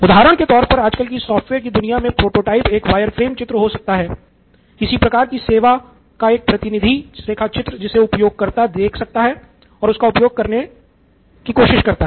उधारण के तौर पर आजकल की सॉफ्टवेयर की दुनिया में प्रोटोटाइप एक वायरफ्रेम चित्र हो सकता है किसी प्रकार की सेवा का एक प्रतिनिधि रेखा चित्र जिसे उपयोगकर्ता देख सकता है और उसका उपयोग करने जा रहा है